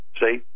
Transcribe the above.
See